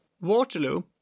Waterloo